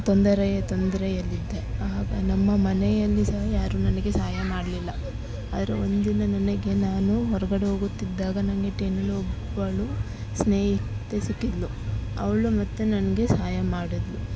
ತೊಂದರೆಯ ತೊಂದರೆಯಲ್ಲಿದ್ದೆ ಆಗ ನಮ್ಮ ಮನೆಯಲ್ಲಿ ಸಹ ಯಾರು ನನಗೆ ಸಹಾಯ ಮಾಡಲಿಲ್ಲ ಆದರೆ ಒಂದಿನ ನನಗೆ ನಾನು ಹೊರಗಡೆ ಹೋಗುತ್ತಿದ್ದಾಗ ನಂಗೆ ಒಬ್ಬಳು ಸ್ನೇಹಿತೆ ಸಿಕ್ಕಿದ್ಳು ಅವಳು ಮತ್ತು ನನಗೆ ಸಹಾಯ ಮಾಡಿದ್ಲು